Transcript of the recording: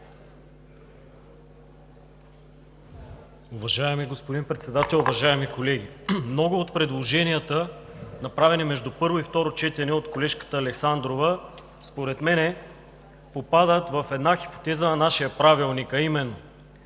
Уважаеми господин Председател, уважаеми колеги! Много от предложенията, направени между първо и второ четене от колежката Александрова, според мен попадат в една хипотеза на нашия Правилник, а именно: